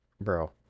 bro